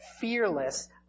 fearless